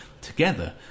together